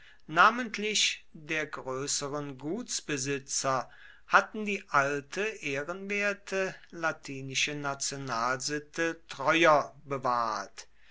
namentlich die der größeren gutsbesitzer hatten die alte ehrenwerte latinische nationalsitte treuer bewahrt